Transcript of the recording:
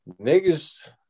niggas